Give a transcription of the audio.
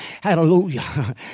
Hallelujah